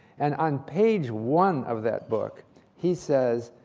and on page one of that book he says,